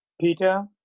peter